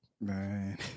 Man